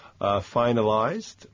finalized